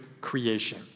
creation